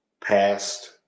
past